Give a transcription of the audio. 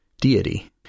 deity